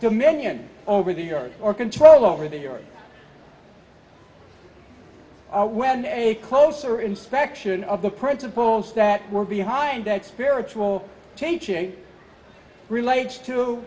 dominion over the earth or control over the area when a closer inspection of the principles that we're behind that spiritual teaching relates to